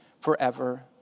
forever